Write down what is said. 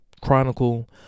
chronicle